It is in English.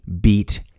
beat